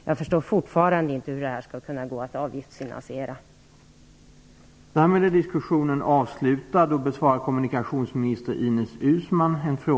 Jag förstår fortfarande inte hur det skall vara möjligt att avgiftsfinansiera bron.